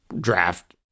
draft